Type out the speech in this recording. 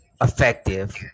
effective